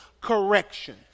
correction